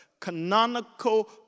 canonical